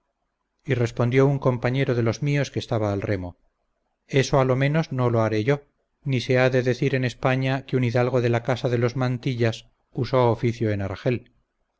y respondió un compañero de los míos que estaba al remo eso a lo menos no lo haré yo ni se ha decir en españa que un hidalgo de la casa de los mantillas usó oficio en argel